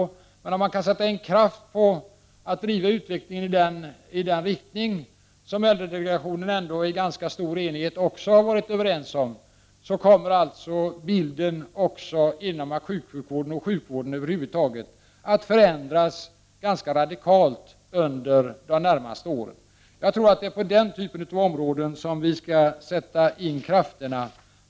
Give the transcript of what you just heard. Men om man kan sätta in kraft på att driva utvecklingen i den riktning som det i äldredelegationen ändå har varit ganska stor enighet om, kommer bilden också inom akutsjukvården och sjukvården över huvud taget att förändras ganska radikalt under de närmaste åren. Jag tror alltså att det är på den typen av områden som vi skall sätta in krafterna.